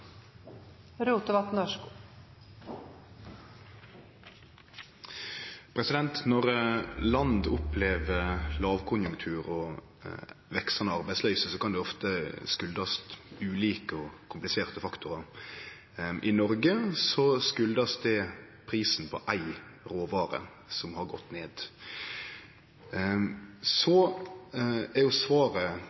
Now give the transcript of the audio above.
Rotevatn – til oppfølgingsspørsmål. Når land opplever lågkonjunktur og veksande arbeidsløyse, kan det ofte kome av ulike og kompliserte faktorar. I Noreg er årsaka prisen på éi råvare, som har gått ned. Så er svaret